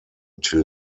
till